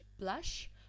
blush